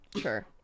Sure